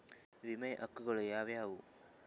ವಿಮೆಯ ಹಕ್ಕುಗಳು ಯಾವ್ಯಾವು?